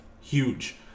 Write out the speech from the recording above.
huge